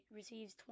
receives